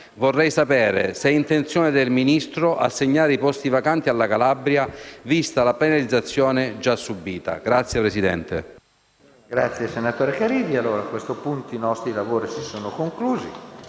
Vorrei sapere, dunque, se è intenzione del Ministro assegnare i posti vacanti alla Calabria, vista la penalizzazione già subita. **Mozioni,